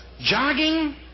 Jogging